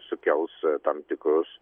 sukels tam tikrus